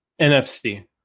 NFC